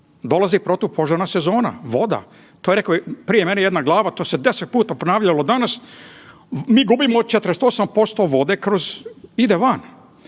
dolazi protupožarna sezona, voda, to je rekla prije mene jedna glava to se deset puta ponavljalo danas, mi gubimo 48% vode kroz ide van.